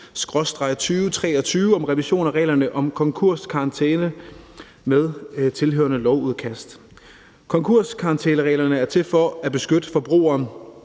nr. 1582/2023 om revision af reglerne om konkurskarantæne med tilhørende lovudkast. Konkurskarantænereglerne er til for at beskytte forbrugeren